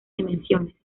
dimensiones